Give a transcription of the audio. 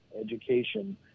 education